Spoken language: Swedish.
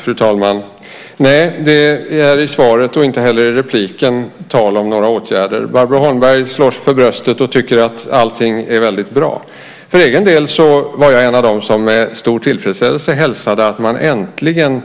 Fru talman! Nej, inte i svaret och inte heller i inlägget senare är det tal om några åtgärder. Barbro Holmberg slår sig för bröstet och tycker att allting är väldigt bra. För egen del var jag en av dem som med stor tillfredsställelse hälsade att man äntligen